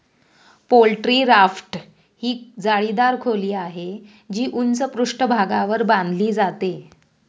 poultry raft ही जाळीदार खोली आहे, जी उंच पृष्ठभागावर बांधली जाते